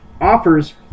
offers